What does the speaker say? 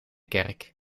kerk